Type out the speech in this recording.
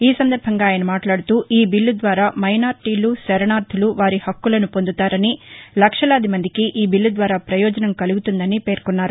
ఈ సందర్భంగా ఆయన మాట్లాడుతూ ఈ బిల్లు ద్వారా మైనారిటీలు శరణార్దులు వారి హక్కులను పొందుతారని లక్షలాది మందికి ఈ బిల్ల ద్వారా ప్రయోజనం కలుగుతుందని పేర్కొన్నారు